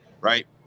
right